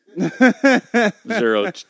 Zero